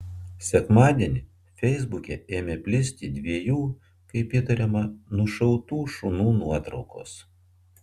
sekmadienį feisbuke ėmė plisti dviejų kaip įtariama nušautų šunų nuotraukos